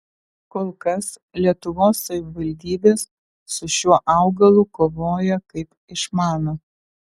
kol kas lietuvos savivaldybės su šiuo augalu kovoja kaip išmano